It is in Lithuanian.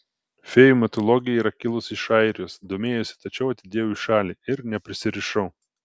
fėjų mitologija yra kilusi iš airijos domėjausi tačiau atidėjau į šalį ir neprisirišau